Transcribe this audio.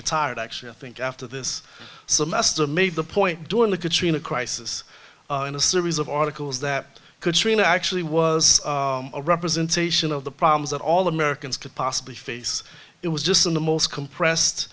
retired actually i think after this semester made the point during the katrina crisis in a series of articles that could train actually was a representation of the problems that all americans could possibly face it was just in the most compressed